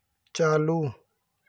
चालू